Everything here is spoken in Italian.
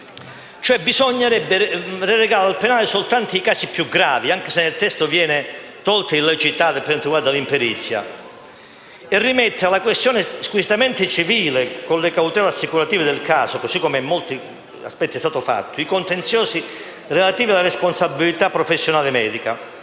Bisognerebbe relegare al penale soltanto i casi più gravi, anche se nel testo viene tolta l'illiceità per quanto riguarda l'imperizia, e rimettere al giudizio squisitamente civile, con le cautele assicurative del caso (così come in molti aspetti è stato fatto), i contenziosi relativi alla responsabilità professionale medica.